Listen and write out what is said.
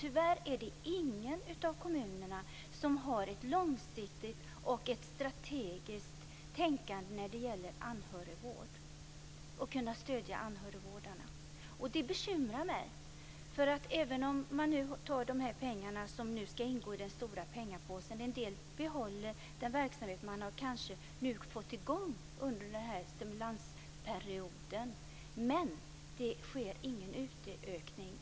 Tyvärr har ingen av kommunerna ett långsiktigt och strategiskt tänkande när det gäller att stödja anhörigvårdare. Det bekymrar mig. Det finns nu pengar i denna stora penningpåse. En del kommuner behåller den verksamhet som har kommit i gång under stimulansperioden, men det sker ingen utökning.